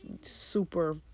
super